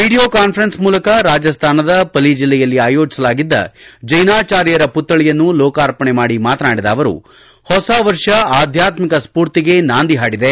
video conference ಮೂಲಕ ರಾಜಸ್ತಾನದ ಪಲಿ ಜೆಲ್ಲೆಯಲ್ಲಿ ಆಯೋಜಿಸಲಾಗಿದ್ದ ಜೈನಾಚಾರ್ಯರ ಪುತ್ಲಳಿಯನ್ನು ಲೋಕಾರ್ಪಣೆ ಮಾಡಿ ಮಾತನಾಡಿದ ಅವರು ಹೊಸ ವರ್ಷ ಆದ್ಯಾತ್ಮಿಕ ಸ್ಪೂರ್ತಿಗೆ ನಾಂದಿ ಹಾಡಿದೆ